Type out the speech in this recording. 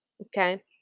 okay